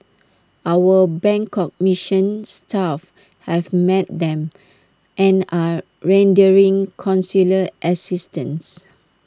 our Bangkok mission staff have met them and are rendering consular assistance